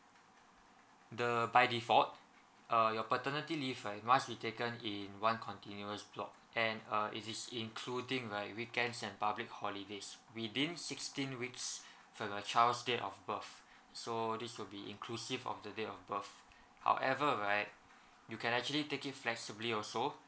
the by default uh your paternity leave right must be taken in one continuous block and uh it is including right weekends and public holidays within sixteen weeks from the child's date of birth so this will be inclusive of the date of birth however right you can actually take it flexibly also